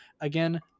again